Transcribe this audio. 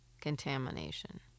contamination